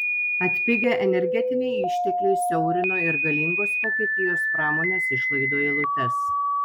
atpigę energetiniai ištekliai siaurino ir galingos vokietijos pramonės išlaidų eilutes